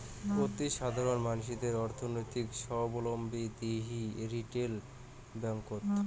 অতিসাধারণ মানসিদের অর্থনৈতিক সাবলম্বী দিই রিটেল ব্যাঙ্ককোত